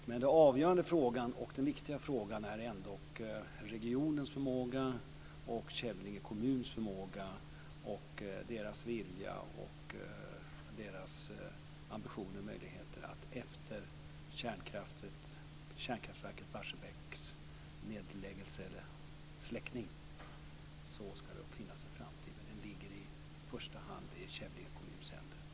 Men den avgörande och viktiga frågan är ändock regionens och Kävlinge kommuns förmåga, vilja, ambition och möjligheter. Efter kärnkraftverket Barsebäcks släckning ska det finnas en framtid. Men den ligger i första hand i Kävlinge kommuns händer.